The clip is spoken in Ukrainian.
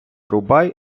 рубай